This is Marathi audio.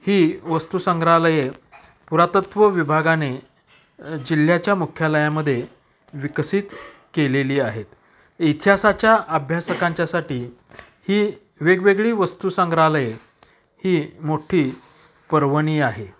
ही वस्तू संग्रहालये पुरातत्व विभागाने जिल्ह्याच्या मुख्यालयामध्ये विकसित केलेली आहेत इतिहासाच्या अभ्यासकांच्यासाठी ही वेगवेगळी वस्तू संग्रहालये ही मोठी पर्वणी आहे